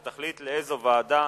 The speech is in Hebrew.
שתחליט לאיזו ועדה